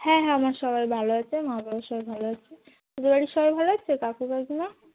হ্যাঁ হ্যাঁ আমার সবাই ভালো আছে মা বাবা সবাই ভালো আছে তোদের বাড়ির সবাই ভালো আছে কাকু কাকিমা